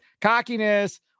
cockiness